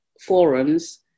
forums